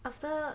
after